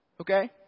Okay